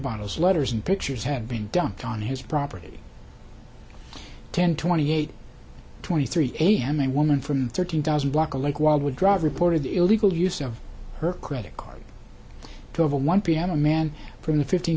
bottles letters and pictures have been dumped on his property ten twenty eight twenty three a m a woman from thirteen thousand block a lake wildwood drive reported the illegal use of her credit card over one piano man from the fifteen